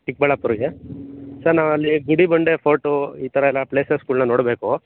ಚಿಕ್ಕಬಳ್ಳಾಪುರಿಗೆ sir ನಾವಲ್ಲಿ Gudibande fort ಈ ಥರ ಎಲ್ಲ ಪ್ಲೇಸಸ್ಗಳನ್ನ ನೋಡಬೇಕು